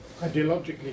ideologically